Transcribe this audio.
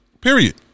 period